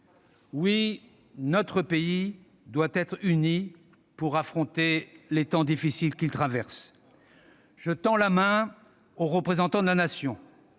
Oui, notre pays doit être uni pour affronter les temps difficiles qu'il traverse. « Je tends la main aux représentants de la Nation,